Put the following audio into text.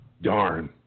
Darn